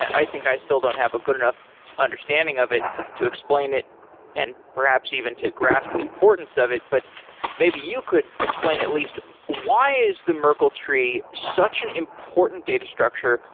i think i still don't have a good enough understanding of it to explain it and perhaps even to grasp the importance of it. but maybe you could explain at least why is the merkel tree such an important data structure.